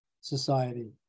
Society